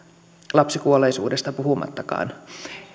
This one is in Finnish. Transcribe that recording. lapsikuolleisuudesta puhumattakaan